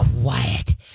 quiet